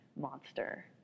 monster